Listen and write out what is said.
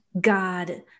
God